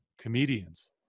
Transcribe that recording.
Comedians